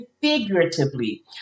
figuratively